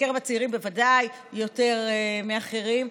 בקרב הצעירים בוודאי יותר מאחרים,